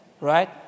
right